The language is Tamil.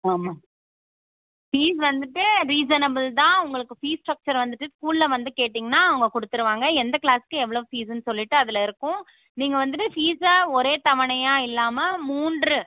ஆமாம் ஃபீஸ் வந்துவிட்டு ரீசனபில் தான் உங்களுக்கு ஃபீஸ் ஸ்ட்ரக்ச்சரை வந்துவிட்டு ஸ்கூலில் வந்து கேட்டீங்கன்னா அவங்க கொடுத்துருவாங்க எந்த க்ளாஸ்க்கு எவ்வளோ ஃபீஸுன்னு சொல்லிவிட்டு அதில் இருக்கும் நீங்கள் வந்துவிட்டு ஃபீஸை ஒரே தவணையாக இல்லாமல் மூன்று